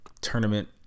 tournament